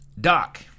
Doc